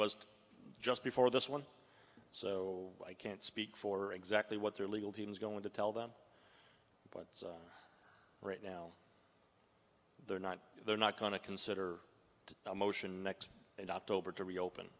was just before this one so i can't speak for exactly what their legal team is going to tell them what's right now they're not they're not going to consider it a motion next october to reopen